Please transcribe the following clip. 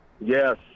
Yes